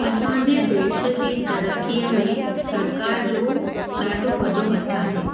असांजे देश जी तरक़ीअ में सरकार जो ॾाढो वॾो हथु आहे